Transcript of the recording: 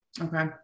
Okay